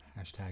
Hashtag